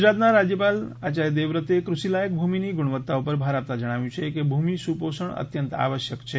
ગુજરાતના રાજ્યપાલશ્રી આચાર્ય દેવવ્રતે કૃષિ લાયક ભૂમિની ગુણવત્તા ઉપર ભાર આપતા જણાવ્યું છ કે ભૂમિ સુપોષણ અત્યંત આવશ્યક છે